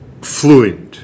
fluent